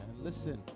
listen